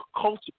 culture